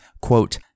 quote